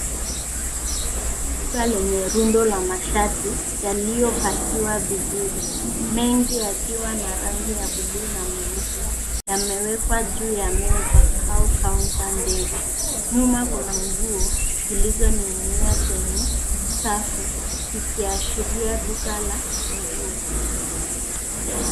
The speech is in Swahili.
Hili ni duka lenye rundo ya mashati yaliyopakiwa vizuri, mengi yakiwa na rangi ya buluu na meupe, yamewekwa juu ya meza au counter ndefu. Nyuma kuna nguo zilizininginia kwenye safu zikiashiria duka la nguo.